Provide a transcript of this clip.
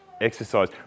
exercise